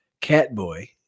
Catboy